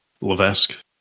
Levesque